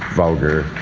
vulgar,